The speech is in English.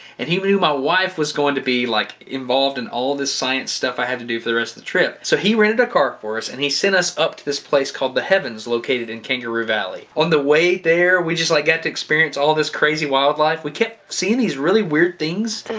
and he knew my wife was going to be like involved and all this science stuff i had to do for the rest of the trip. so he rented a car for us and he sent us up to this place called the heavens located in kangaroo valley. on the way there we just like get to experience all this crazy wildlife we kept seeing these really weird things.